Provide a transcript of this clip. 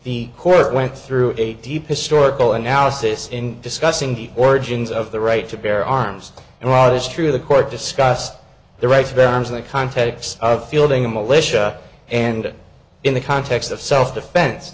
the court went through a deep historical analysis in discussing the origins of the right to bear arms and while it is true the court discussed the right to bear arms in the context of fielding a militia and in the context of self defense